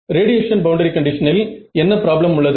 radiation boundary கண்டிஷனில் என்ன problem உள்ளது